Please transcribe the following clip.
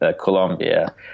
Colombia